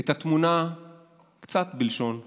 את התמונה קצת, בלשון יחיד,